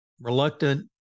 reluctant